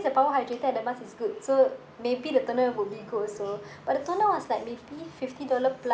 the hydrated the mask is good so maybe the toner would be good also but the toner was like maybe fifty dollar plus